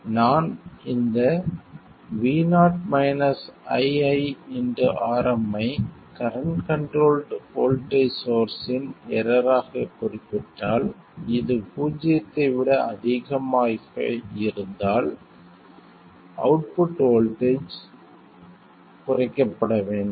நான் இந்த vo iiRm ஐ கரண்ட் கண்ட்ரோல்ட் வோல்ட்டேஜ் சோர்ஸ் இன் எரர் ஆகக் குறிப்பிட்டால் இது பூஜ்ஜியத்தை விட அதிகமாக இருந்தால் அவுட்புட் வோல்ட்டேஜ் குறைக்கப்பட வேண்டும்